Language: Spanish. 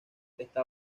está